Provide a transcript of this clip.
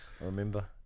remember